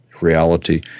reality